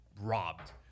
robbed